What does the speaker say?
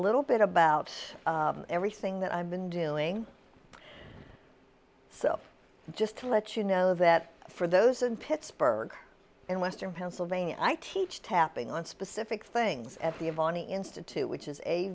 little bit about everything that i've been doing so just to let you know that for those in pittsburgh and western pennsylvania i teach tapping on specific things at the avani institute which is